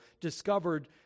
discovered